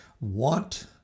want